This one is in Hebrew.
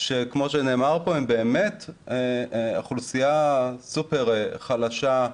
שכמו שנאמר פה הם באמת אוכלוסייה סופר חלשה,